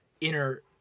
inner